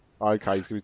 Okay